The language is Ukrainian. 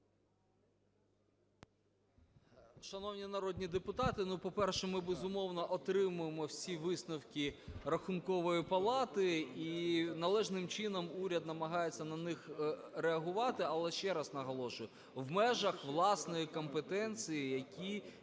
Шановні народні депутати, ну, по-перше, ми, безумовно, отримаємо всі висновки Рахункової палати, і належним чином уряд намагається на них реагувати. Але ще раз наголошую, в межах власної компетенції, які є в